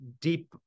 Deep